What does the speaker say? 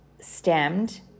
stemmed